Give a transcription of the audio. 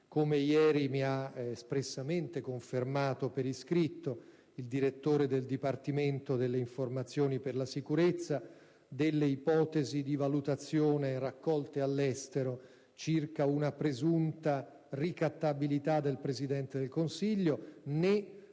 come ieri mi ha espressamente confermato per iscritto il direttore del Dipartimento informazioni per la sicurezza - delle ipotesi di valutazione raccolte all'estero circa una presunta ricattabilità del Presidente del Consiglio, né